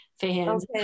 fans